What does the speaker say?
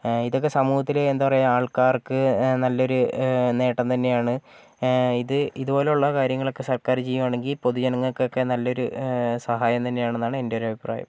ഏഹ് ഇതൊക്കെ സമൂഹത്തിൽ എന്താ പറയാ ആൾക്കാർക്ക് ഏഹ് നല്ലൊരു നേട്ടം തന്നെയാണ് ഏഹ് ഇത് ഇതുപോലുള്ള കാര്യങ്ങളൊക്കെ സർക്കാർ ചെയ്യുവാണെങ്കിൽ പൊതുജനങ്ങൾക്കൊക്കെ നല്ലൊരു സഹായം തന്നെയാണ് എന്റെ ഒരു അഭിപ്രായം